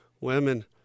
Women